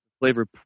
flavor